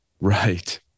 right